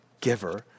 giver